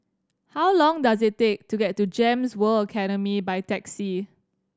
how long does it take to get to GEMS World Academy by taxi